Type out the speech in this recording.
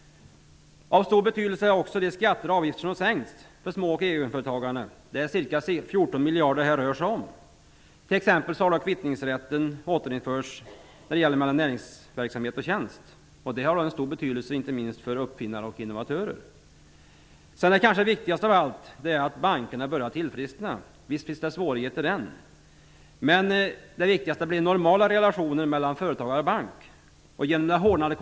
Av stor betydelse är också de skatter och avgifter som sänkts för små och egenföretagarna. Det rör sig om cirka 14 miljarder kronor. Exempelvis har kvittningsrätten mellan näringsverksamhet och tjänst återinförts. Det har stor betydelse, inte minst för uppfinnare och innovatörer. Det som kanske är viktigast av allt är att bankerna börjar tillfriskna. Visst finns det svårigheter ännu, men det viktigaste är att relationerna mellan företagare och banker börjar bli normala.